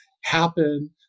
happen